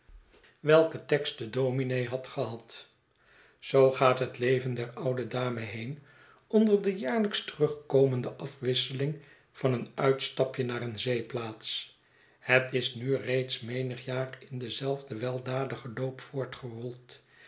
welken tekst de domine had gehad zoo gaat het leven der oude dame heen onder de jaarlyks terugkomende afwisseling van een uitstapje naar een zeeplaats het is nu reeds menig jaar in denzelfden weldadigen